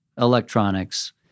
electronics